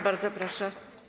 Bardzo proszę.